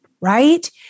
right